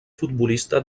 futbolista